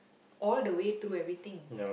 all the way through everything